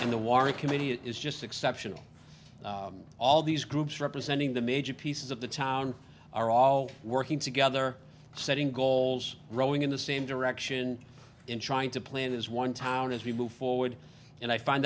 and the warrick committee it is just exceptional all these groups representing the major pieces of the town are all working together setting goals rowing in the same direction in trying to plan as one town as we move forward and i find